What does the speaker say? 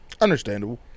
Understandable